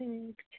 ठीक छै